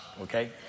okay